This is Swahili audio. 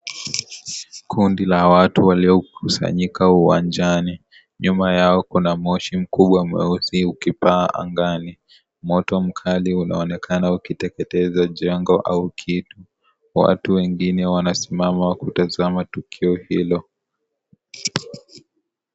Kundi la watu waliokusanyika uwanjani. Nyuma yao kuna moshi mkubwa, mweusi, ukipaa angani. Moto mkali, unaonekana ukiteketeza jengo au kitu. Watu wengine wanasimama kutazama tukio hilo.